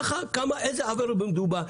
באיזה עבירות מדובר?